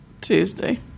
Tuesday